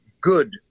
good